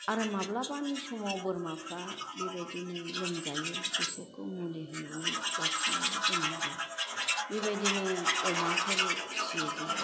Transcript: आरो माब्लाबानि समाव बोरमाफ्रा बेबायदिनो लोमजायो बिसोरखौ मुलि होनानै लाखिनांगौ गोनां जायो बेबायदिनो अमाफोर फिसियो जों